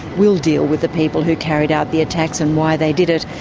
will deal with the people who carried out the attacks and why they did it,